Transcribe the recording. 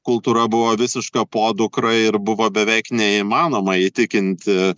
kultūra buvo visiška podukra ir buvo beveik neįmanoma įtikinti